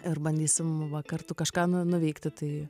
ir bandysim va kartu kažką nu nuveikti tai